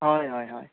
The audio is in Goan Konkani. हय हय हय